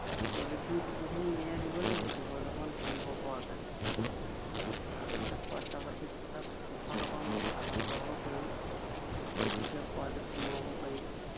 তাত পলিথিন চলিথিন মেৰিয়াই দিব লাগিব দুবছৰমান চলিব পৰাকে তাৰপিছত পইচা পাতি পালে ফাৰ্মখন অকণ আহল বহল কৰিম বেছিকে পোৱালি সোমোৱাব পাৰিম